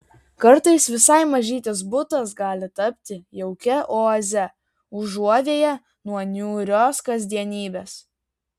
kartais visai mažytis butas gali tapti jaukia oaze užuovėja nuo niūrios kasdienybės